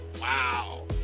wow